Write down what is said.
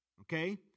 Okay